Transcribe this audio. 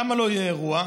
למה לא יהיה אירוע?